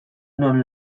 non